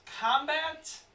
combat